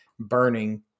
burning